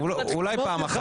אולי פעם אחת.